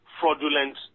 fraudulent